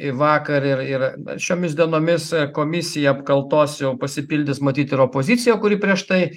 vakar ir ir šiomis dienomis komisija apkaltos jau pasipildys matyt ir opozicija kuri prieš tai